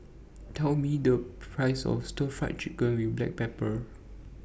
Tell Me The Price of Stir Fried Chicken with Black Pepper